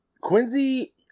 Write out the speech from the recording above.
Quincy